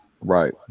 Right